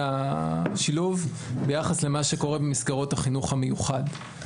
השילוב ביחס למה שקורה במסגרות החינוך המיוחד.